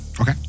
Okay